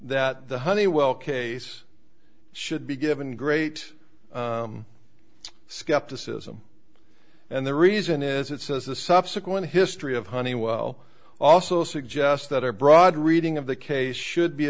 that the honeywell case should be given great skepticism and the reason is it says the subsequent history of honeywell also suggest that a broad reading of the case should be